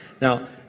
Now